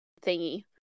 thingy